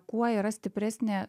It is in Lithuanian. kuo yra stipresnė